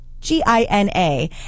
G-I-N-A